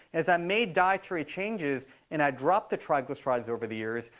as i made dietary changes and i dropped the triglycerides over the years,